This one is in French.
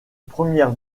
première